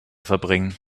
verbringen